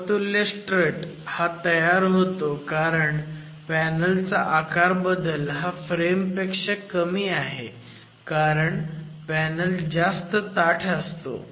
समतुल्य स्ट्रट हा तयार होतो कारण पॅनल चा आकार बदल हा फ्रेम पेक्षा कमी आहे कारण पॅनल जास्त ताठ असतो